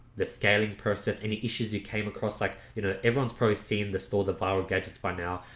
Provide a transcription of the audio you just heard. the scaling process any issues you came across like, you know, everyone's probably seen the stores of our gadgets by now